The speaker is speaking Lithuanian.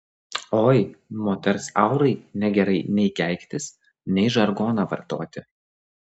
oi moters aurai negerai nei keiktis nei žargoną vartoti